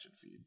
feed